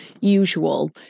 usual